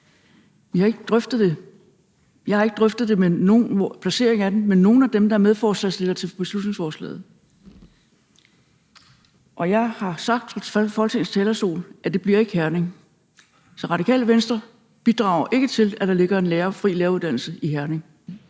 Vi har ikke drøftet det; jeg har ikke drøftet placeringen af den med nogen af dem, der er medforslagsstillere til beslutningsforslaget, og jeg har sagt fra Folketingets talerstol, at det ikke bliver Herning. Så Radikale Venstre bidrager ikke til, at der kommer til at ligge en fri læreruddannelse i Herning.